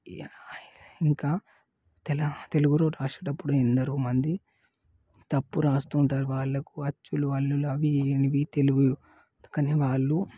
yeah యిలె ఇంకా తెల తెలుగులో రాసేటప్పుడు ఎంతోమంది తప్పు రాస్తు ఉంటారు వాళ్ళకు అచ్చులు హల్లులు అవి ఇవి తెలియవు కానీ వాళ్ళు